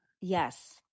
yes